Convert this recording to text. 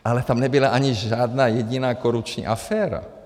Ale tam nebyla ani žádná jediná korupční aféra.